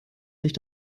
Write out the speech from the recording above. sich